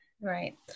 Right